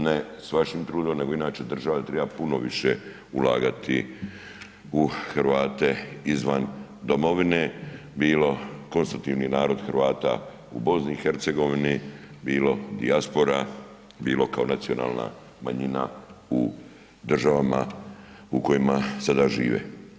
Ne s vašim trudom nego inače država triba puno više ulagati u Hrvate izvan domovine, bilo konstutivni narod Hrvata u BiH, bilo dijaspora, bilo kao nacionalna manjina u državama u kojima sada žive.